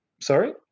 Sorry